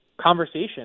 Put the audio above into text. conversation